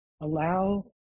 allow